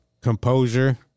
composure